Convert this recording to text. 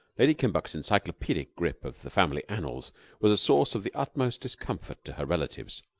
lady kimbuck's encyclopedic grip of the family annals was a source of the utmost discomfort to her relatives.